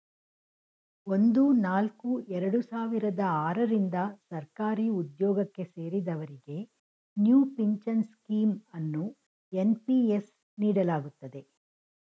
ಒಂದು ನಾಲ್ಕು ಎರಡು ಸಾವಿರದ ಆರ ರಿಂದ ಸರ್ಕಾರಿಉದ್ಯೋಗಕ್ಕೆ ಸೇರಿದವರಿಗೆ ನ್ಯೂ ಪಿಂಚನ್ ಸ್ಕೀಂ ಅನ್ನು ಎನ್.ಪಿ.ಎಸ್ ನೀಡಲಾಗುತ್ತದೆ